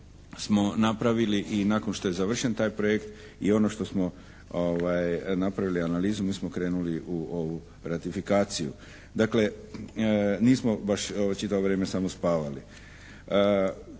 smo napravili i nakon što je završen taj projekt. I ono što smo napravili analizu mi smo krenuli u ovu ratifikaciju. Dakle, nismo baš ovo čitavo vrijeme samo spavali.